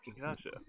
Gotcha